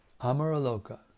Amaraloka